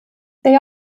they